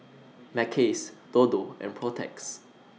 Mackays Dodo and Protex